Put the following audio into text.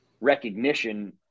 recognition